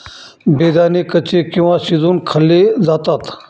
बेदाणे कच्चे किंवा शिजवुन खाल्ले जातात